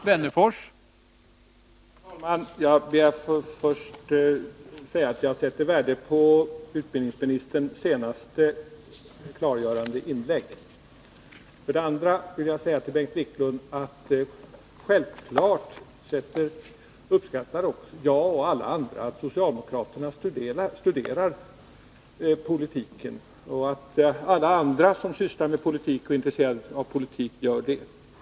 Herr talman! Jag ber att först få säga att jag sätter värde på utbildningsministerns senaste, klargörande inlägg. Sedan vill jag säga till Bengt Wiklund att jag och alla andra självfallet uppskattar att socialdemokraterna studerar politik och att alla andra som sysslar med och är intresserade av politik gör det.